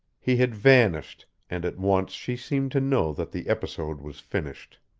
he had vanished, and at once she seemed to know that the episode was finished.